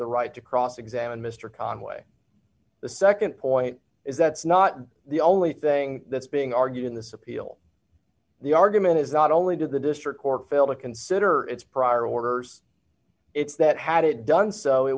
the right to cross examine mr conway the nd point is that's not the only thing that's being argued in this appeal the argument is not only did the district court fail to consider its prior orders it's that had it done so it